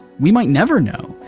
we might never know.